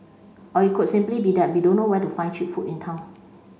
or it could simply be that we don't know where to find cheap food in town